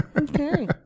okay